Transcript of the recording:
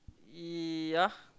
ya